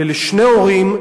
ולשני הורים,